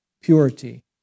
purity